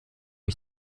ich